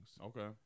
Okay